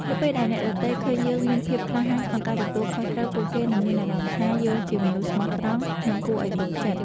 នៅពេលដែលអ្នកដទៃឃើញយើងមានភាពក្លាហានក្នុងការទទួលខុសត្រូវ ពួកគេនឹងមានអារម្មណ៍ថា យើងជាមនុស្សស្មោះត្រង់ និងគួរឱ្យទុកចិត្ត។